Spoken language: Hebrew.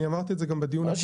אני אמרתי את זה גם בדיון הקודם.